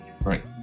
Right